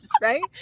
right